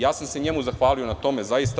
Ja sam se njemu zahvalio na tome zaista.